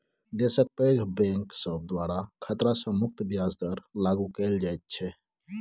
देशक पैघ बैंक सब द्वारा खतरा सँ मुक्त ब्याज दर लागु कएल जाइत छै